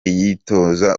yitoza